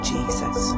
Jesus